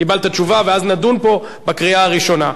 קיבלת תשובה ואז נדון פה בקריאה הראשונה.